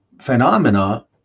phenomena